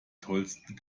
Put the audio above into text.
tollsten